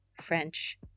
French